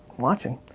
watching.